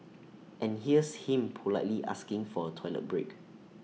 and here's him politely asking for A toilet break